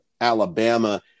Alabama